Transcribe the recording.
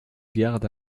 garde